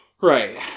Right